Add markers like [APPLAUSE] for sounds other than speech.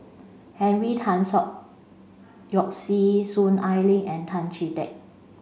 Henry Tan [UNINTELLIGIBLE] Yoke See Soon Ai Ling and Tan Chee Teck